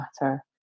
matter